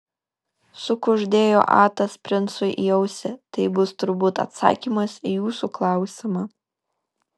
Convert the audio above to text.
sukuždėjo atas princui į ausį tai bus turbūt atsakymas į jūsų klausimą